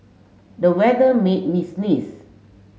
the weather made me sneeze